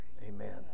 Amen